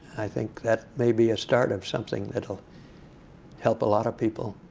i think that may be a start of something that will help a lot of people.